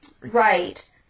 Right